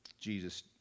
Jesus